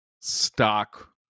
stock